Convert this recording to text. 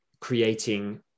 creating